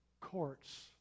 courts